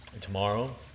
tomorrow